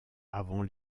avant